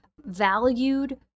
valued